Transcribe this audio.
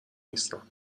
نیستم